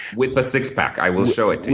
with a six pack. i will show it to you.